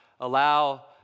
allow